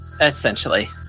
Essentially